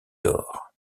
d’or